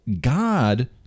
god